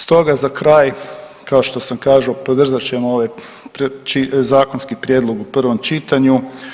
Stoga za kraj, kao što sam kazao podržat ćemo ovaj zakonski prijedlog u prvom čitanju.